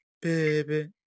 baby